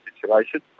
situation